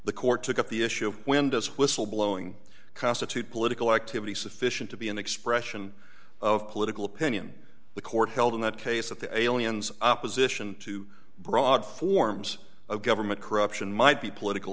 the court took up the issue when does whistleblowing constitute political activity sufficient to be an expression of political opinion the court held in that case that the aliens opposition to broad forms of government corruption might be political